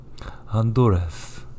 Honduras